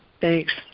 thanks